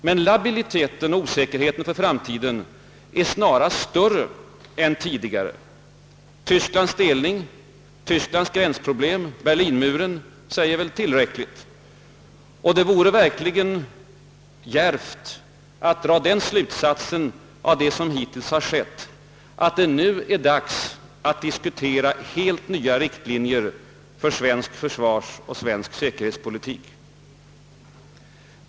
Men labiliteteten och osäkerheten för framtiden är snarast större än tidigare. Tysklands delning, dess gränsproblem och Berlinmuren säger väl tillräckligt. Och det vore verkligen djärvt att dra den slutsatsen av vad som hittills skett, att det nu är dags att diskutera helt nya riktlinjer för svenskt försvar och svensk säkerhetspolitik.